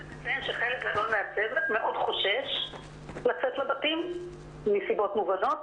אני חייבת לציין שחלק גדול מהצוות מאוד חושש לצאת לבתים מסיבות מובנות,